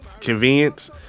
convenience